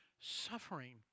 suffering